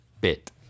bit